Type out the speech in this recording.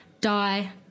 Die